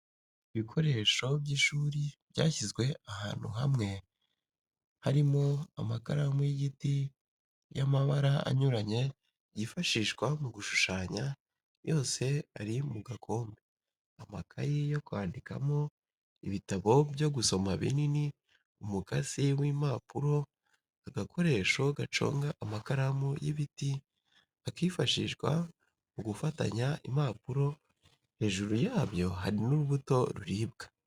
Ibikoresho by'ishuri byashyizwe ahantu hamwe harimo amakaramu y'igiti y'amabara anyuranye yifashishwa mu gushushanya yose ari mu gakombe, amakaye yo kwandikamo, ibitabo byo gusoma binini, umukasi w'impapuro, agakoresho gaconga amakaramu y'ibiti, akifashishwa mu gufatanya impapuro, hejuru yabyo hari n'urubuto ruribwa.